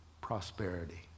prosperity